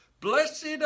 blessed